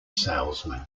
salesman